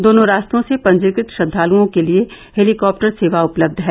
दोनों रास्तों से पंजीकृत श्रद्वालुओं के लिए हेलीकॉप्टर सेवा उपलब्ध है